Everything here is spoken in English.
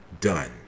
done